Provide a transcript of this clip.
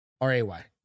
R-A-Y